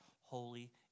holy